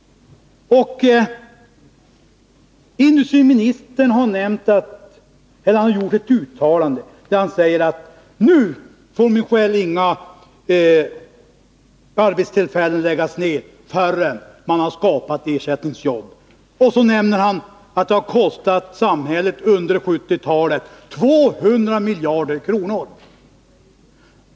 Industriministern har gjort ett uttalande, där han säger att ”nu får min själ inga arbetstillfällen läggas ned förrän man har skapat ersättningsjobb”. Sedan säger han att det under 1970-talet har kostat samhället 200 miljarder kronor.